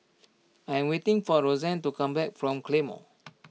I am waiting for Roseanne to come back from the Claymore